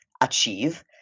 achieve